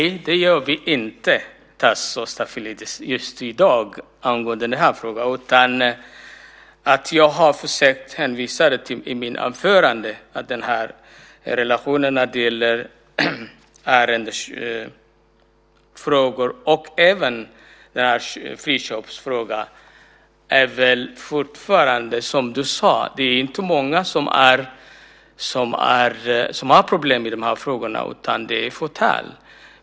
Fru talman! Nej, det gör vi inte, Tasso Stafilidis, inte just i dag angående den här frågan. Jag har i mitt anförande försökt hänvisa till frågor och även friköpsfrågan. Det är som du sade inte många som har problem i de här frågorna, utan det är ett fåtal.